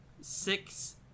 Six